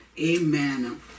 amen